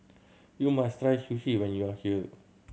you must try Sushi when you are here